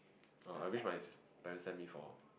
uh I wish my parent send me for